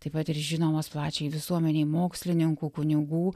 taip pat ir žinomos plačiajai visuomenei mokslininkų kunigų